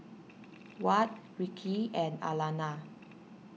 Watt Rickey and Alana